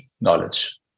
knowledge